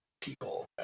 people